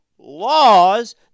Laws